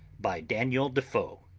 by daniel defoe